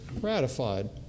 ratified